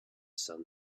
sun